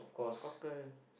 cockle